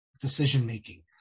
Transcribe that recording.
Decision-making